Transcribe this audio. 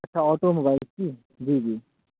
اچھا آٹوموبائل کی جی جی